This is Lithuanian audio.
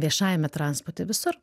viešajame transporte visur